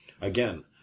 Again